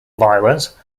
violence